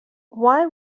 why